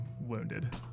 wounded